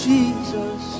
Jesus